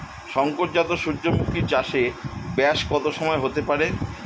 শংকর জাত সূর্যমুখী চাসে ব্যাস কত সময় হতে পারে?